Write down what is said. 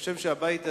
והבית הזה,